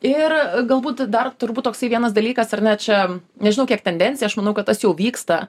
ir galbūt dar turbūt toksai vienas dalykas ar ne čia nežinau kiek tendencija aš manau kad tas jau vyksta